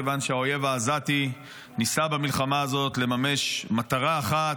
כיוון שהאויב העזתי ניסה במלחמה הזאת לממש מטרה אחת,